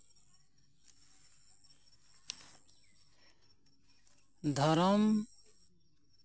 ᱫᱷᱚᱨᱚᱢ